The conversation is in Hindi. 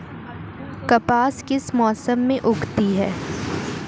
कपास किस मौसम में उगती है?